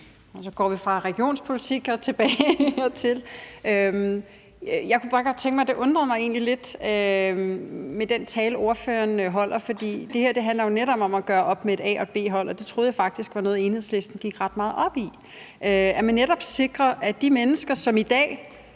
går vi fra regionspolitik og tilbage hertil. Jeg kunne bare godt tænke mig at høre noget. For det undrer mig egentlig lidt med den tale, som ordføreren holder. For det her handler jo netop om at gøre op med, at der er et A-hold og et B-hold, og det troede jeg faktisk var noget, som Enhedslisten gik ret meget op i, altså at man netop sikrer det for de mennesker. Så kan